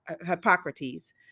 Hippocrates